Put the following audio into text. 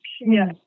yes